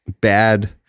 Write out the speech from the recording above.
bad